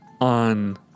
on